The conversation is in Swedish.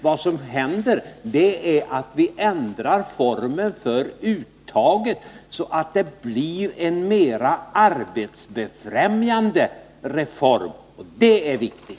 Vad som händer är att vi ändrar formen för uttaget, så att det blir ett mera arbetsbefrämjande system, och det är viktigt.